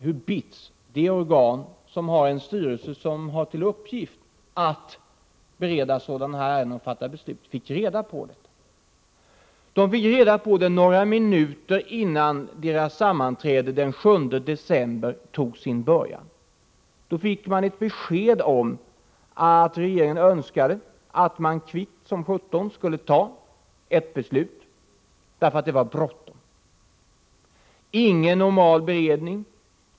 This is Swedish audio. hur BITS, det organ som har till uppgift att bereda och fatta beslut i sådana här ärenden, fick reda på kreditutfästelserna. BITS styrelse fick några minuter innan dess sammanträde den 7 december tog sin början besked om att styrelsen kvickt skulle fatta ett beslut, därför att det var bråttom. Ingen normal beredning förekom.